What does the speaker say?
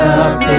up